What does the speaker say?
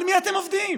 על מי אתם עובדים?